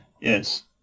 Yes